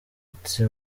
ati